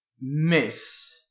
miss